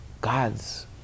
God's